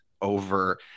over